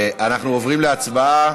אנחנו עוברים להצבעה.